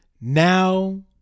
Now